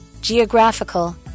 Geographical